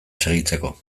segitzeko